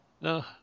No